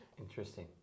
Interesting